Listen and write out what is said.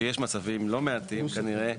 שיש מצבים לא מעטים כנראה,